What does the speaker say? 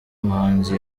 muhanzi